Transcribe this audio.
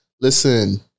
listen